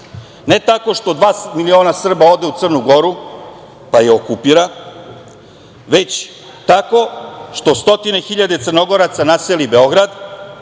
ne tako što dva miliona Srba ode u Crnu Goru, pa je okupira, već tako što stotine hiljade Crnogoraca naseli Beograd,